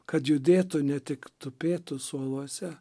kad judėtų ne tik tupėtų suoluose